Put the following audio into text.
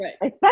right